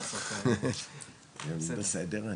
אני